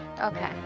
Okay